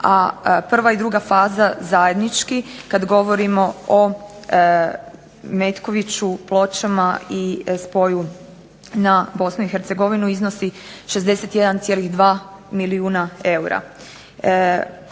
a prva i druga faza zajednički kada govorimo o Metkoviću, Pločama i spoju na BiH iznosi 61,2 milijuna eura.